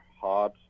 hard